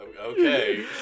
okay